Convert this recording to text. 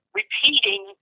repeating